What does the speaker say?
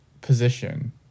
position